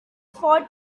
fought